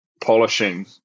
polishing